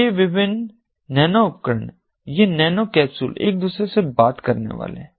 ये विभिन्न नैनो उपकरण ये नैनो कैप्सूल एक दूसरे से बात करने वाले हैं